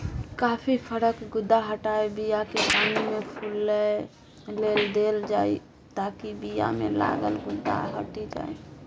coffee फरक गुद्दा हटाए बीयाकेँ पानिमे फुलए लेल देल जाइ ताकि बीयामे लागल गुद्दा हटि जाइ